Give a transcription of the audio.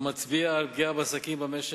המצביעים על פגיעה בעסקים במשק.